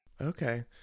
Okay